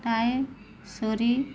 toy story